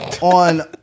on